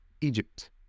Egypt